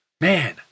man